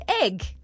egg